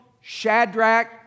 Shadrach